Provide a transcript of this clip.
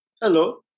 Hello